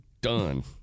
Done